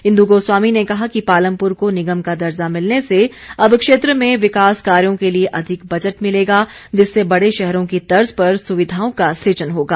इंदु गोस्वामी ने कहा कि पालमपुर को निगम का दर्जा मिलने से अब क्षेत्र में विकास कार्यो के लिए अधिक बजट मिलेगा जिससे बड़े शहरों की तर्ज पर सुविघाओं का सृजन होगा